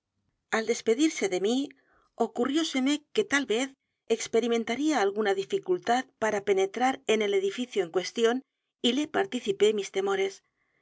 al despedirse de mí ocurrióseme que tal vez experimentaría alguna dificultad p a r a penet r a r en el edificio en cuestión y le participé mis t